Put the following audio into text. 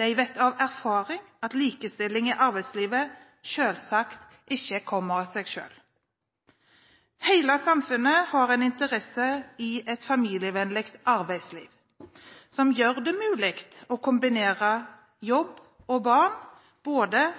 De vet av erfaring at likestilling i arbeidslivet selvsagt ikke kommer av seg selv. Hele samfunnet har en interesse i et familievennlig arbeidsliv, som gjør det mulig å kombinere jobb og barn både